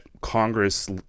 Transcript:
Congress